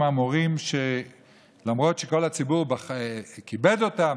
מורים שלמרות שכל הציבור כיבד אותם,